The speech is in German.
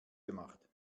gemacht